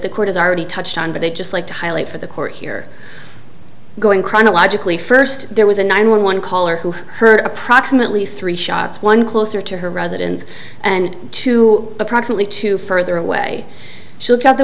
the court has already touched on but i just like to highlight for the court here going chronologically first there was a nine one one caller who heard approximately three shots one closer to her residence and two approximately two further away she looked out the